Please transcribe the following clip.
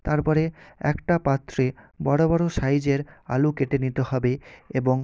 তারপরে একটা পাত্রে বড়ো বড়ো সাইজের আলু কেটে নিতে হবে এবং